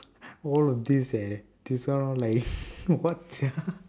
all of these eh this one all like what sia